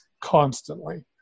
constantly